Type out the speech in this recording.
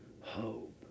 hope